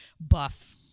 buff